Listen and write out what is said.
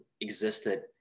existed